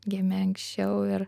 gimė anksčiau ir